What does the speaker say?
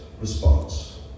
response